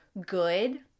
good